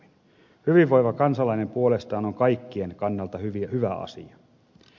hyvinvoiva kansalainen puolestaan on kaikkien kannalta hyvä asia